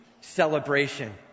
celebration